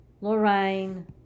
Lorraine